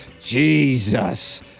Jesus